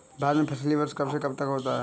भारत में फसली वर्ष कब से कब तक होता है?